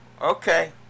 Okay